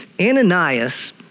Ananias